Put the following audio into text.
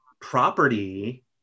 property